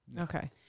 Okay